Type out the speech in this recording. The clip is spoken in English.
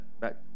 back